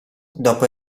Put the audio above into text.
dopo